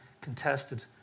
contested